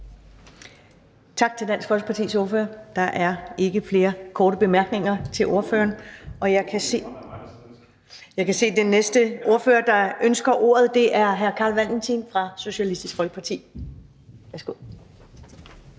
Tak til Dansk Folkepartis ordfører. Der er ikke flere korte bemærkninger til ordføreren, og jeg kan se, at den næste ordfører, der ønsker ordet, er hr. Carl Valentin fra Socialistisk Folkeparti. Værsgo.